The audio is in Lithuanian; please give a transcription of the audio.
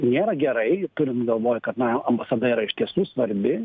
nėra gerai turint galvoj kad na ambasada yra iš tiesų svarbi